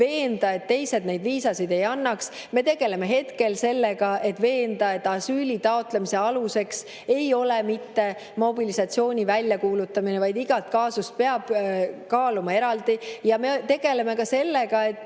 veenda, et teised neid viisasid ei annaks. Me tegeleme hetkel sellega, et veenda, et asüüli taotlemise aluseks ei ole mitte mobilisatsiooni väljakuulutamine, vaid iga kaasust peab kaaluma eraldi. Ja me tegeleme sellega, et